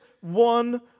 one